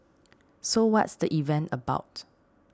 so what's the event about